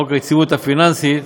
חוק היציבות הפיננסית,